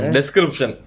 Description